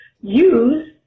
Use